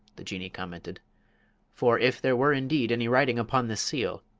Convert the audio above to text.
the jinnee commented for if there were indeed any writing upon this seal,